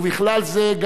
ובכלל זה,